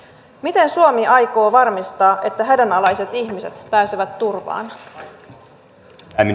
miten suomi aikoo varmistaa että hädänalaiset ihmiset pääsevät turvaan